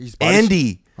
Andy